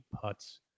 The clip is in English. putts